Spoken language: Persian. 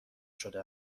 شده